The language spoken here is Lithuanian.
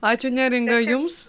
ačiū neringa jums